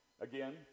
again